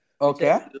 Okay